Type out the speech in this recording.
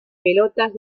pelotas